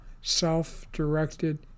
self-directed